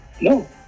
No